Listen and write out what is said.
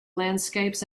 landscapes